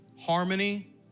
harmony